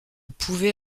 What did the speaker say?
pouvait